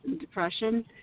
depression